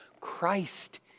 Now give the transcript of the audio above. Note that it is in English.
Christ